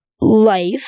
life